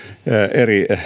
eri